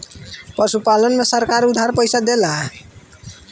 पशुपालन में सरकार उधार पइसा देला?